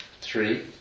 Three